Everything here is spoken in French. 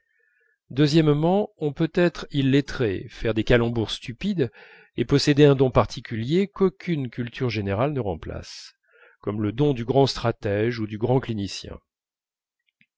deuxièmement on peut être illettré faire des calembours stupides et posséder un don particulier qu'aucune culture générale ne remplace comme le don du grand stratège ou du grand clinicien